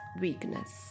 weakness